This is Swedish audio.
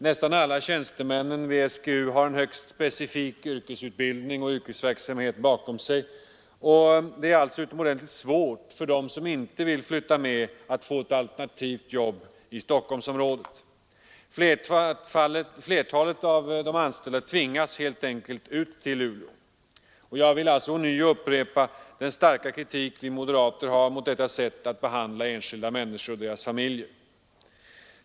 Nästan alla tjänstemän vid SGU har en högst specifik yrkesutbildning och yrkesverksamhet bakom sig. Det är alltså utomordentligt svårt för dem som inte vill flytta med att få ett alternativt jobb i Stockholmsområdet. Flertalet av de anställda tvingas helt enkelt upp till Luleå, och jag vill ånyo upprepa den starka kritik vi moderater har mot detta sätt att behandla enskilda människor och deras familjer.